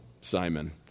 Simon